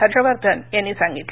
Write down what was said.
हर्षवर्धन यांनी सांगितलं